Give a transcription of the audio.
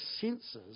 senses